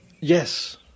Yes